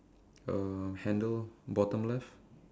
um handle bottom left